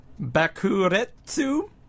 Bakuretsu